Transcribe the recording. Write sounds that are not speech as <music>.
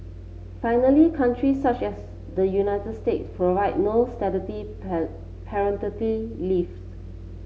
finally countries such as the United States provide no statutory <unintelligible> paternity leaves